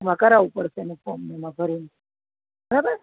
માર કરાવું પડશે એનું ફોર્મ ભરીને બરાબર